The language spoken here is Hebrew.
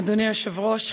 אדוני היושב-ראש,